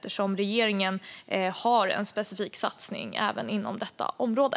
Regeringen har en specifik satsning även inom detta område.